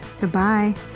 goodbye